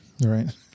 Right